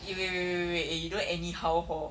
eh wait wait wait wait wait eh you don't anyhow hor